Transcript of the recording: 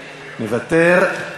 מוותר.